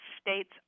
State's